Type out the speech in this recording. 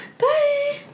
bye